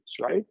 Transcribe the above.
right